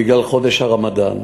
בגלל חודש הרמדאן.